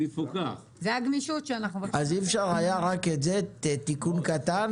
אי אפשר היה רק את זה, תיקון קטן?